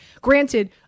Granted